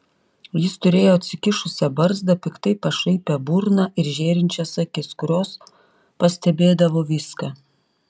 jis turėjo atsikišusią barzdą piktai pašaipią burną ir žėrinčias akis kurios pastebėdavo viską